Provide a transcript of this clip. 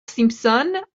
simpson